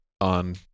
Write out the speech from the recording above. on